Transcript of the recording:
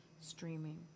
Streaming